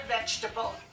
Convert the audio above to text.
vegetable